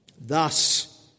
Thus